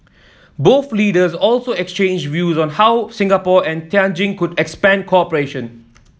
both leaders also exchanged views on how Singapore and Tianjin could expand cooperation